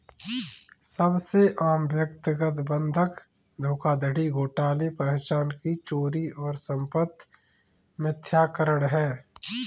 सबसे आम व्यक्तिगत बंधक धोखाधड़ी घोटाले पहचान की चोरी और संपत्ति मिथ्याकरण है